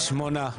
שמונה.